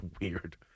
weird